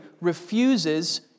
refuses